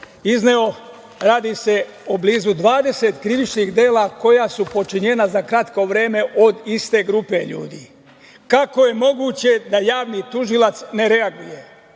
izneo, radi se o blizu 20 krivičnih dela koja su počinjena za kratko vreme od iste grupe ljudi. Kako je moguće da javni tužilac ne reaguje?